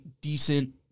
decent